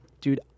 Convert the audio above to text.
dude